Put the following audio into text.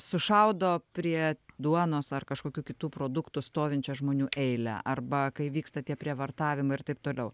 sušaudo prie duonos ar kažkokių kitų produktų stovinčią žmonių eilę arba kai vyksta tie prievartavimai ir taip toliau